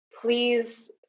please